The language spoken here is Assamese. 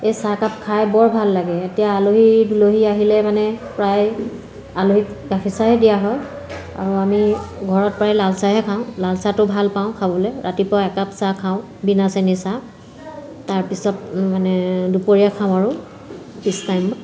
এই চাহকাপ খাই বৰ ভাল লাগে এতিয়া আলহী দুলহী আহিলে মানে প্ৰায় আলহীক গাখীৰ চাহে দিয়া হয় আৰু আমি ঘৰত প্ৰায়েই লাল চাহহে খাওঁ লাল চাহটো ভাল পাওঁ খাবলে ৰাতিপুৱা একাপ চাহ খাওঁ বিনা চেনি চাহ তাৰপিছত মানে দুপৰীয়া খাওঁ আৰু পিছ টাইমত